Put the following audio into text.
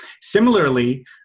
similarly